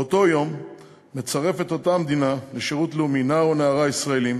באותו יום מצרפת אותה המדינה לשירות לאומי נער או נערה ישראלים